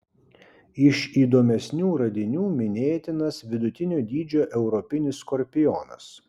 iš įdomesnių radinių minėtinas vidutinio dydžio europinis skorpionas